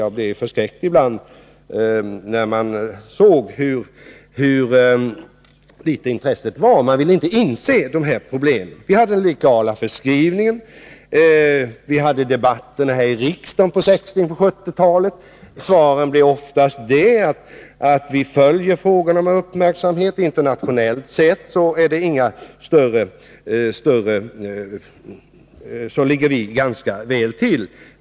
Jag blev förskräckt ibland när jag såg hur litet intresset var. Man ville inte inse problemen. Jag tänker t.ex. på den legala förskrivningen. I debatterna här i riksdagen under 1960-talet och en bit in på 1970-talet blev svaren på frågorna oftast att man följde utvecklingen med uppmärksamhet och att vi internationellt sett låg ganska väl till.